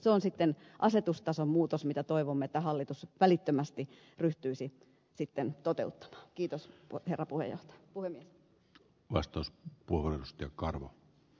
se on sitten asetustason muutos jota toivomme hallituksen ryhtyvän välittömästi ryhtyisi sitten toteuttaa kiitos rapua ja puheli vastaus puolusti toteuttamaan